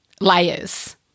layers